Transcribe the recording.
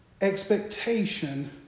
expectation